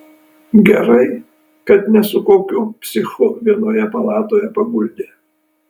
gerai kad ne su kokiu psichu vienoje palatoje paguldė